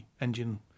Engine